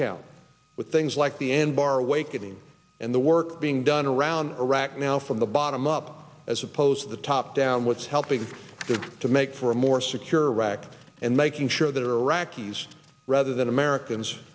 count with things like the end bar awakening and the work being done around iraq now from the bottom up as opposed to the top down what's helping to make for a more secure iraq and making sure there are rocky's rather than americans